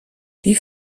die